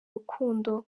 rukundo